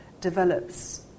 develops